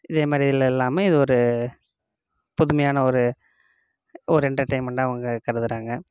இதே மாதிரில்லாம் இல்லாமல் இது ஒரு புதுமையான ஒரு ஒரு என்டர்டைன்மெண்டாக அவங்க கருதுகிறாங்க